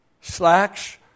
slacks